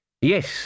Yes